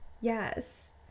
yes